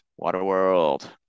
Waterworld